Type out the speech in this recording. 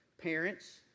Parents